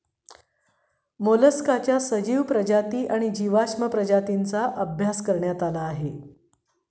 मोलस्काच्या सजीव प्रजाती आणि जीवाश्म प्रजातींचा अभ्यास करण्यात आला आहे